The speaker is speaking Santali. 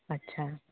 ᱟᱪᱪᱷᱟ